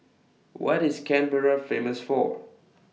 What IS Canberra Famous For